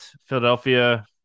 Philadelphia